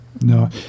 No